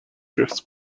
drifts